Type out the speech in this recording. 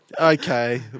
Okay